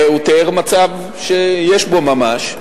הוא תיאר מצב שיש בו ממש.